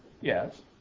yes